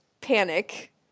Panic